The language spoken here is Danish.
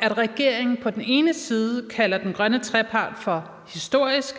at regeringen på den ene side kalder den grønne trepart for historisk,